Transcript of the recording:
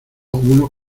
unos